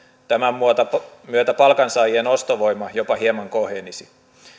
tämän myötä palkansaajien ostovoima jopa hieman kohenisi